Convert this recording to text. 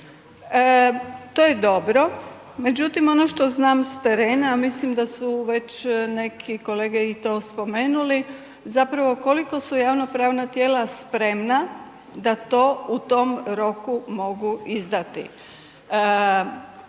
To je dobro, međutim, ono što znam s terena mislim da su već neki kolege i to spomenuli, zapravo koliko su javno pravna tijela spremna da to u tom roku mogu izdati.